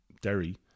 Derry